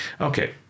Okay